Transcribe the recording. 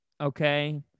Okay